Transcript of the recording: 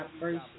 first